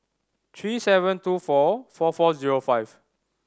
three seven two four four four zero five